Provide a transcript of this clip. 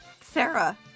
Sarah